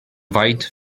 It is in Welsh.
faint